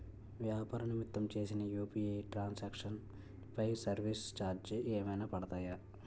వ్యాపార నిమిత్తం చేసిన యు.పి.ఐ ట్రాన్ సాంక్షన్ పై సర్వీస్ చార్జెస్ ఏమైనా పడతాయా?